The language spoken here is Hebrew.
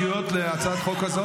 להצעת החוק הוגשו כמה